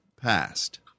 passed